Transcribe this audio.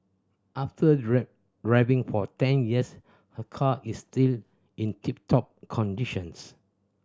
after driving for ten years her car is still in tip top conditions